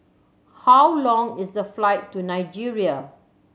how long is the flight to Nigeria